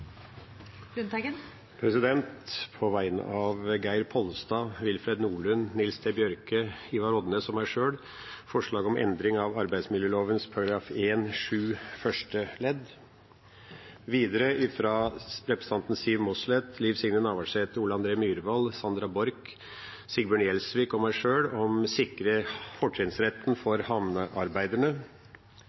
Lundteigen vil fremsette tre representantforslag. På vegne av stortingsrepresentantene Geir Pollestad, Willfred Nordlund, Nils T. Bjørke, Ivar Odnes og meg sjøl vil jeg fremme et forslag om endring av arbeidsmiljøloven § 1-7 Videre vil jeg fremme et forslag fra stortingsrepresentantene Siv Mossleth, Liv Signe Navarsete, Ole André Myhrvold, Sandra Borch, Sigbjørn Gjelsvik og meg sjøl om å sikre fortrinnsretten for havnearbeiderne.